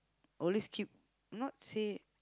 always keep not say